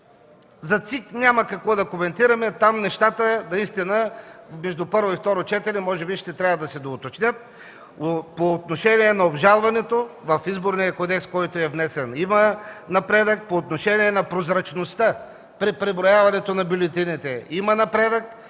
за ЦИК няма какво да коментираме. Там нещата наистина между първо и второ четене може би ще трябва да се уточнят. Но по отношение на обжалването в Изборния кодекс, който е внесен, има напредък по отношение на прозрачността при преброяване на бюлетините, има напредък